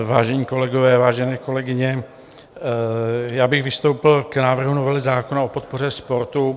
Vážení kolegové, vážené kolegyně, já bych vystoupil k návrhu novely zákona o podpoře sportu.